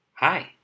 Hi